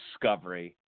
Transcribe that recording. discovery